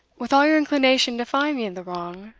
with all your inclination to find me in the wrong,